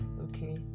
okay